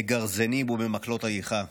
בגרזינים ובמקלות הליכה,